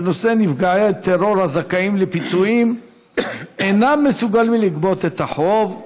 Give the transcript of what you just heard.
בנושא: נפגעי טרור הזכאים לפיצויים אינם מסוגלים לגבות את החוב.